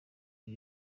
iri